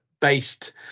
based